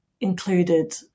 included